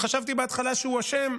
חשבתי בהתחלה שהוא אשם,